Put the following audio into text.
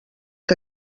que